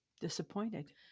Disappointed